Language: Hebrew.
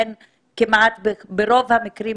כמעט ברוב המקרים,